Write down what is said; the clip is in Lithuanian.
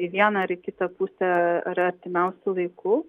į vieną ar į kitą pusę ar artimiausiu laiku